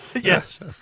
Yes